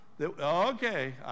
Okay